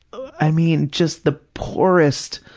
i mean, just the poorest,